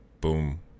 Boom